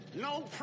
No